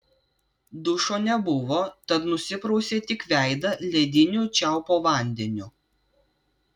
dušo nebuvo tad nusiprausė tik veidą lediniu čiaupo vandeniu